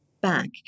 back